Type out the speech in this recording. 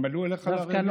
הם עלו אליך לרגל?